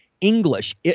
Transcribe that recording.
English